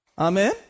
Amen